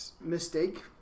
mistake